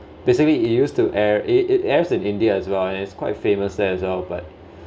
basically it used to air it it airs in india as well and it's quite famous there as well but